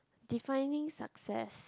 defining success